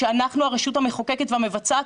שאנחנו הרשות המחוקקת והמבצעת